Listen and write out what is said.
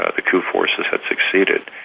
ah the coup forces had succeeded.